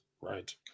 right